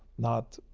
not,